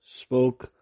spoke